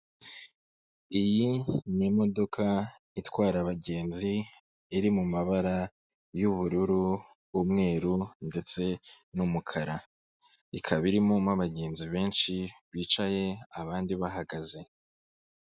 Iyi ni imodoka itwara abagenzi, iri mu mabara y'ubururu, umweru ndetse n'umukara, ikaba rimo abagenzi benshi bicaye, abandi bahagaze.